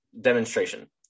Demonstration